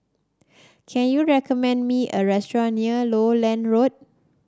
can you recommend me a restaurant near Lowland Road